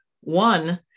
One